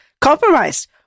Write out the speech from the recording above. compromised